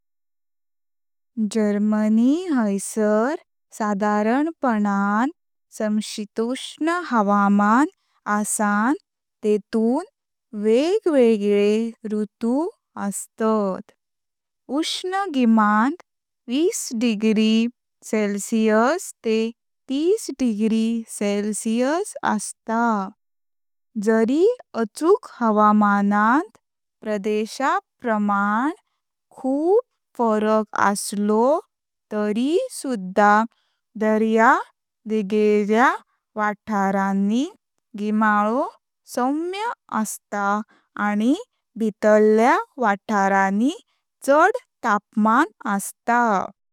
जर्मनी हैसार सादरपणान समशीतोष्ण हवामान आसान तेतुन वेगवेगले ऋतु अस्तात। उष्ण गिमांत विस डिग्री सेल्सियस तेह तिस डिग्री सेल्सियस असता, जरी अचूक हवामाणांत प्रदेशा प्रमांण खूप फरक असलो तरी सुद्धा दर्या देगल्या वाथाऱणी गिमालो सौम्य असता आनी भीतर्ल्या वाथाऱणी चढ़ तापमान असता।